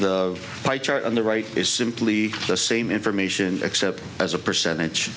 the right is simply the same information except as a percentage